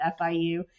FIU